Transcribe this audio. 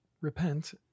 repent